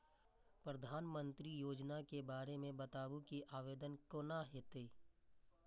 प्रधानमंत्री योजना के बारे मे बताबु की आवेदन कोना हेतै?